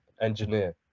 engineer